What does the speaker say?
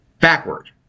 Backward